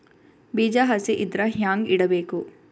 ಬೀಜ ಹಸಿ ಇದ್ರ ಹ್ಯಾಂಗ್ ಇಡಬೇಕು?